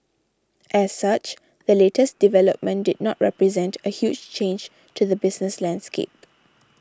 as such the latest development did not represent a huge change to the business landscape